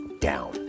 down